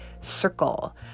circle